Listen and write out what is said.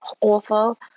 awful